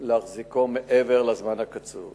להחזיקו מעבר לזמן הקצוב.